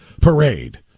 parade